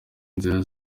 inzira